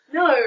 no